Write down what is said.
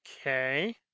Okay